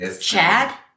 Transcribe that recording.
Chad